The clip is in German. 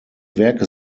werke